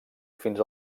fins